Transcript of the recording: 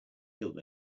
killed